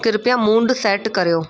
कृपया mood set करियो